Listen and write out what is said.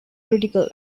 critical